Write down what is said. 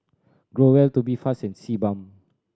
Growell Tubifast and Sebam